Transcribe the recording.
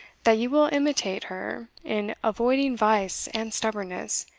that you will imitate her in avoiding vice and stubbornness,